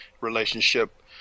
relationship